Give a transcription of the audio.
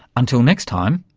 until next time,